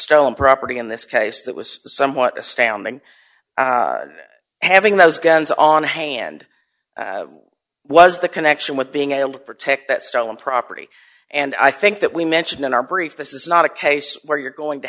stolen property in this case that was somewhat astounding that having those guns on hand was the connection with being able to protect that stolen property and i think that we mentioned in our brief this is not a case where you're going to